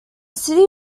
city